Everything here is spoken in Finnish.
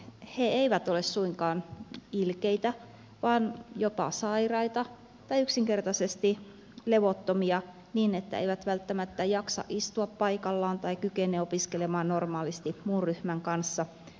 he eivät ole suinkaan ilkeitä vaan jopa sairaita tai yksinkertaisesti levottomia niin että eivät välttämättä jaksa istua paikallaan tai kykene opiskelemaan normaalisti muun ryhmän kanssa täyttä päivää